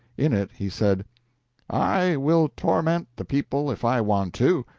in it he said i will torment the people if i want to.